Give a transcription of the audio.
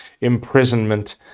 imprisonment